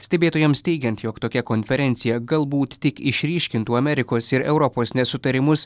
stebėtojams teigiant jog tokia konferencija galbūt tik išryškintų amerikos ir europos nesutarimus